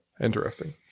Interesting